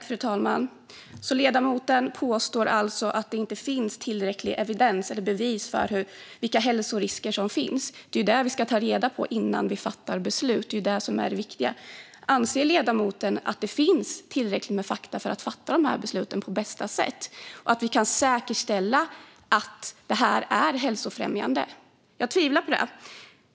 Fru talman! Ledamoten påstår alltså att det inte finns tillräcklig evidens, eller bevis, för vilka hälsorisker som finns. Det är det vi ska ta reda på innan vi fattar beslut. Det är det viktiga. Anser ledamoten att det finns tillräckligt med fakta för att fatta de här besluten på bästa sätt och att vi kan säkerställa att det inte är hälsofrämjande? Jag tvivlar på det.